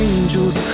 Angels